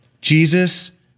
Jesus